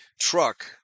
truck